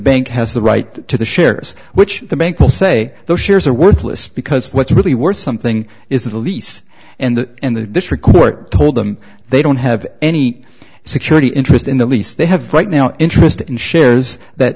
bank has the right to the shares which the bank will say those shares are worthless because what's really worth something is the lease and the and the this record told them they don't have any security interest in the lease they have right now interest in shares that